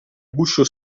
guscio